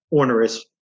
onerous